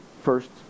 first